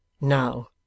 Now